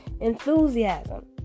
Enthusiasm